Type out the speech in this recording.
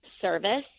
service